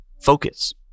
Focus